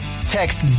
text